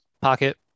pocket